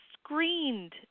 screened